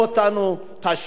תשמעו אותנו,